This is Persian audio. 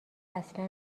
اصلا